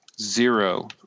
zero